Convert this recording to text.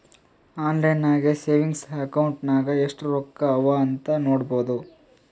online ನಾಗೆ savings account ನಾಗ್ ಎಸ್ಟ್ ರೊಕ್ಕಾ ಅವಾ ಅಂತ್ ನೋಡ್ಬೋದು